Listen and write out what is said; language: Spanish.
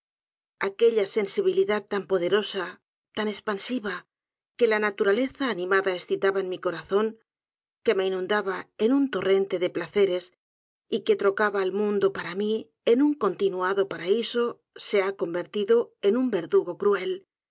aquella sensibilidad tan poderosa tan espansiva que la naturaleza animada escitaba en mi corazón que me inundaba en un torrente de placeres y que trocaba al mundo para mí en un continuado paraíso se ha convertido en un verdugo cruel